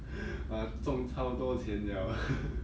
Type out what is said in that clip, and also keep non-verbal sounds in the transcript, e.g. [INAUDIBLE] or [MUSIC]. !wah! 纵超多钱 liao ah [LAUGHS]